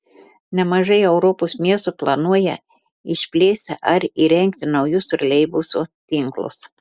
nemažai europos miestų planuoja išplėsti ar įrengti naujus troleibusų tinklus